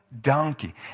donkey